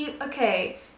Okay